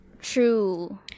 True